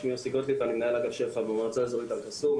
שמי יוסי גוטליב ואני מנהל אגף שפ"ע במועצה האזורית אל-קסום.